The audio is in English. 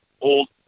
old